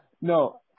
No